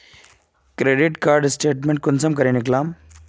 Credit card statement कुंसम करे निकलाम?